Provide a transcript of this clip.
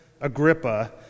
Agrippa